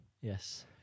Yes